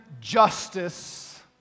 justice